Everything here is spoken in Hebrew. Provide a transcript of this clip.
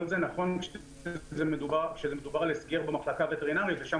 כל זה נכון כשמדובר על הסגר במחלקה הווטרינרית ושם